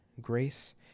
grace